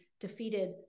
defeated